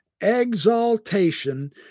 exaltation